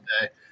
today